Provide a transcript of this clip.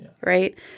Right